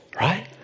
Right